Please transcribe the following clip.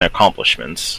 accomplishments